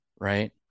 Right